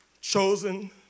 Chosen